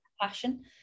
passion